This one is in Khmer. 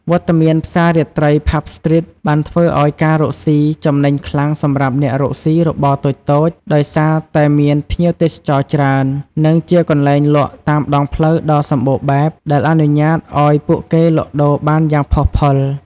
វត្តមានផ្សាររាត្រី "ផាប់ស្ទ្រីត" បានធ្វើឲ្យមានការរកស៊ីចំណេញខ្លាំងសម្រាប់អ្នករកសុីរបរតូចៗ ដោយសារតែមានភ្ញៀវទេសចរណ៍ច្រើន និងជាកន្លែងលក់តាមដងផ្លូវដ៏សម្បូរបែបដែលអនុញ្ញាតឲ្យពួកគេលក់ដូរបានយ៉ាងផុសផុល។